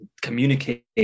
communicate